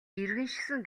иргэншсэн